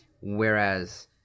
whereas